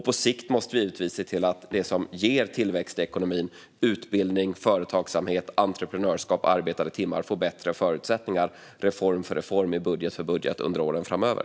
På sikt måste vi givetvis se till att det som ger tillväxt i ekonomin - utbildning, företagsamhet, entreprenörskap och arbetade timmar - får bättre förutsättningar, reform för reform, i budget för budget, under åren framöver.